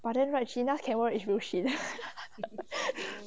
but then right gina camera is real shit